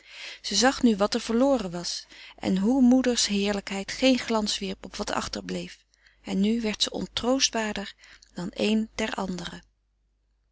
ze zag nu wat er verloren was en hoe moeders heerlijkheid geen glans wierp op wat achterbleef en nu werd ze ontroostbaarder dan een der anderen